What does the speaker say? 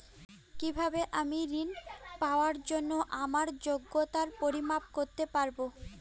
কিভাবে আমি ঋন পাওয়ার জন্য আমার যোগ্যতার পরিমাপ করতে পারব?